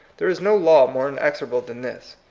there is no law more inexorable than this.